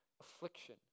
affliction